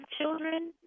children